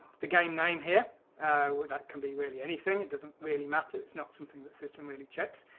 the game name here that can be really anything. it doesn't really matter it's not something that system really checks.